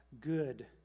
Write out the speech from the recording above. good